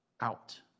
out